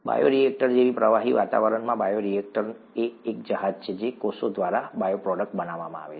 bioreactor જેવા પ્રવાહી વાતાવરણમાં બાયોરિએક્ટર એ એક જહાજ છે જેમાં કોષો દ્વારા બાયોપ્રોડક્ટ બનાવવામાં આવે છે